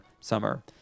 summer